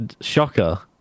Shocker